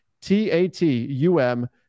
T-A-T-U-M